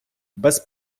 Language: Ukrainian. без